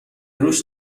روش